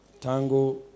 Tango